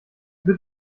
wird